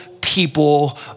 people